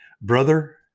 brother